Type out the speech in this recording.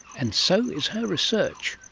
and so is her research.